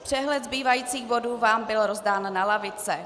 Přehled zbývajících bodů vám byl rozdán na lavice.